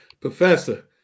professor